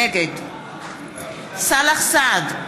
נגד סאלח סעד,